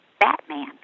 Batman